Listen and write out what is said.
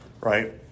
Right